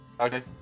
Okay